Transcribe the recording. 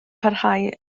parhau